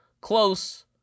close